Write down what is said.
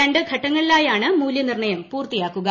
രണ്ട്ഘട്ടങ്ങളിലായാണ് മൂല്യനിർണയം പൂർത്തിയാക്കുക